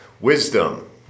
Wisdom